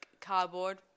cardboard